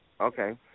Okay